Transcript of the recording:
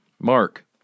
Mark